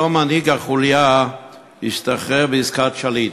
אותו מנהיג חוליה השתחרר בעסקת שליט.